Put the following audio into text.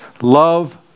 love